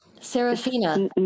Serafina